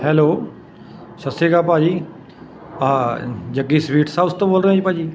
hello ਸਤਿ ਸ਼੍ਰੀ ਅਕਾਲ ਭਾਅ ਜੀ ਆਹ ਜੱਗੀ ਸਵੀਟਸ ਹਾਊਸ ਤੋਂ ਬੋਲ ਰਹੇ ਹੋ ਜੀ ਭਾਅ ਜੀ